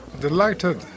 Delighted